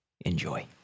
enjoy